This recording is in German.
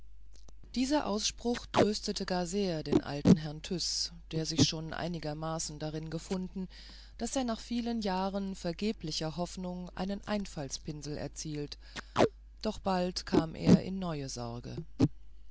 dieser ausspruch tröstete gar sehr den alten herrn tyß der sich schon einigermaßen darin gefunden daß er nach vielen jahren vergeblicher hoffnung einen einfaltspinsel erzielt doch bald kam er in neue sorge